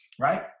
right